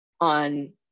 on